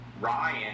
ryan